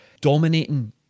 dominating